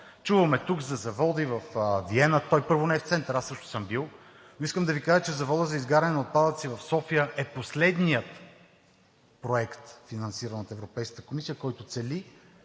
Чуваме тук за завода във Виена – той, първо, не е в центъра, аз също съм бил, но искам да Ви кажа, че заводът за изгаряне на отпадъци в София е последният проект, финансиран от Европейската комисия, който цели